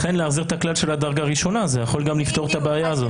לכן להחזיר את המצב של הדרגה הראשונה יכול לפתור את הבעיה הזאת.